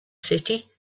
city